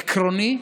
עקרוני,